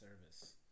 service